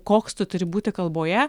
koks tu turi būti kalboje